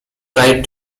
died